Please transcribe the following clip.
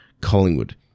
Collingwood